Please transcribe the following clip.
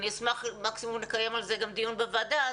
אני אשמח לקיים על זה גם דיון בוועדה,